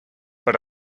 but